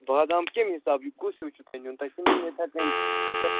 بادام کیٚمہِ حساب یہِ کُس ہیوٗ چھِ تۄہہِ نیُن تۄہہِ چھُو نیُن اِتھَے کٔنۍ